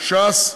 ש"ס,